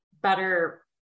better